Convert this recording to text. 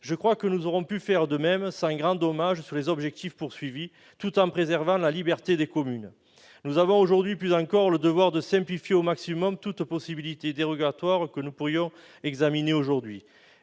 Je crois que nous aurions pu faire de même, sans grand dommage sur les objectifs à atteindre et tout en préservant la liberté des communes. Nous avons, aujourd'hui plus encore, le devoir de simplifier au maximum toute possibilité dérogatoire que nous pourrions examiner, d'autant